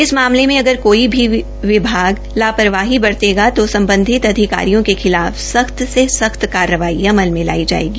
इस मामले में अगर कोई भी विभाग ला परवाही बरतेबा तो सम्बधित अधिकारी के खिलाफ सख्त से सख्त कार्रवाई अमल में लाई जायेगी